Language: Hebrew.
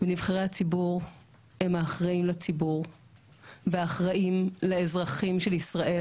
ונבחרי הציבור הם האחראים לציבור ואחראים לאזרחים של ישראל